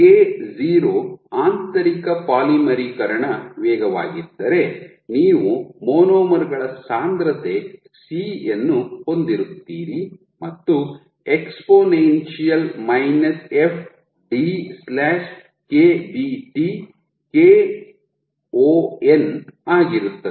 K0 ಆಂತರಿಕ ಪಾಲಿಮರೀಕರಣ ವೇಗವಾಗಿದ್ದರೆ ನೀವು ಮಾನೋಮರ್ ಗಳ ಸಾಂದ್ರತೆ C ಯನ್ನು ಹೊಂದಿರುತ್ತೀರಿ ಮತ್ತು ಎಕ್ಸ್ಪೋನೆನ್ಸಿಯಲ್ f dKBT kon ಆಗಿರುತ್ತದೆ